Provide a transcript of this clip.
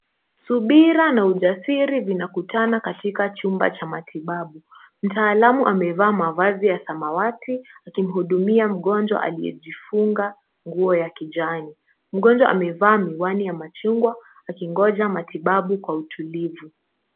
Subira na ujasiri zinakutana katika chumba cha matibabu. Mtaalamu amevaa mavazi ya samawati, akimhudumia mgonjwa aliyejifunga nguo ya kijani. Mgonjwa amevaa miwani ya machungwa akingoja matibabu kwa utulivu.